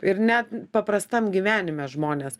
ir net paprastam gyvenime žmonės